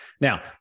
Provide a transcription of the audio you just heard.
Now